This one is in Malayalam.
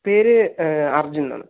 പേര് അർജുൻ എന്നാണ്